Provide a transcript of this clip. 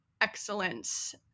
excellence